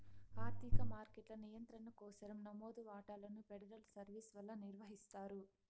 ఆర్థిక మార్కెట్ల నియంత్రణ కోసరం నమోదు వాటాలను ఫెడరల్ సర్వీస్ వల్ల నిర్వహిస్తారు